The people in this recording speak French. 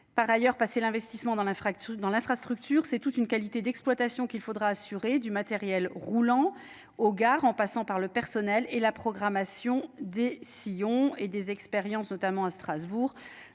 par ailleurs passer l'investissement dans l'infrastructure c'est toute une qualité d'exploitation qu'il faudra assurer du matériel roulant aux gares en passant par le personnel et la programmation des sillons et des expériences, notamment à Strasbourg